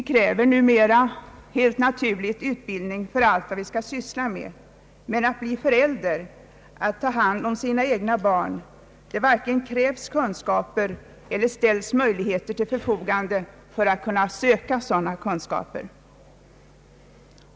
Vi kräver numera helt naturligt utbildning för allt som vi skall syssla med, men för att bli förälder och ta hand om sina egna barn krävs det inte kunskaper och ställs heller inte möjligheter till förfogande att söka sådana kunskaper.